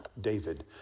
David